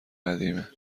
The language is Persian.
قدیمه